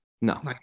No